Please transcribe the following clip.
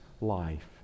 life